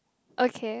okay